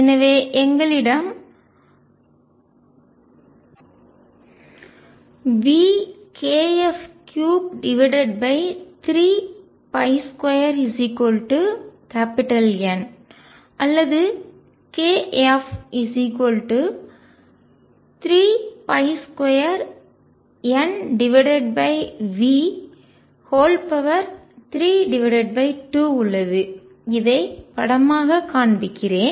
எனவே எங்களிடம் vkf332N அல்லது kF32NV32 உள்ளது இதை படமாக காண்பிக்கிறேன்